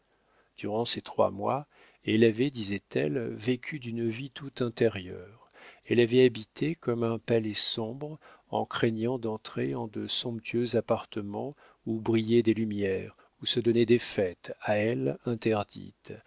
durant ces trois mois elle avait disait-elle vécu d'une vie tout intérieure elle avait habité comme un palais sombre en craignant d'entrer en de somptueux appartements où brillaient des lumières où se donnaient des fêtes à elle interdites